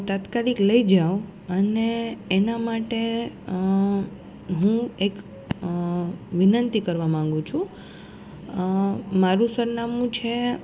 તાત્કાલિક લઈ જાઓ અને એના માટે હું એક વિનંતી કરવા માગું છું મારું સરનામું છે